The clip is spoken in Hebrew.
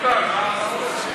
הוא אומר לי: